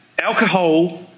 Alcohol